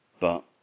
but